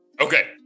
Okay